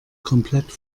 komplett